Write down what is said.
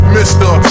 Mister